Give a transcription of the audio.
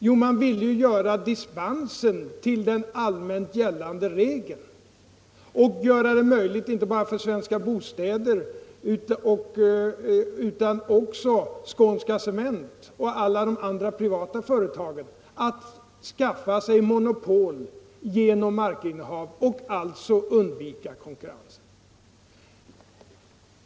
Jo, man ville göra dispensen till den allmänt gällande regeln och göra det möjligt inte bara för Svenska Bostäder utan också för Skånska Cement och alla de andra privata företagen att skaffa sig monopol genom markinnehav och alltså undvika konkurrens.